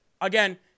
Again